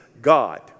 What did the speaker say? God